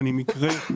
המשמעות